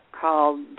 called